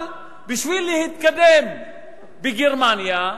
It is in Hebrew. אבל בשביל להתקדם בגרמניה,